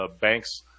banks